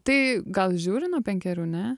tai gal žiūri nuo penkerių ne